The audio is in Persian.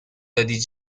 دادی